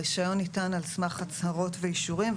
הרישיון ניתן על סמך הצהרות ואישורים,